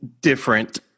different